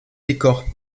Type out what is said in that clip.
décors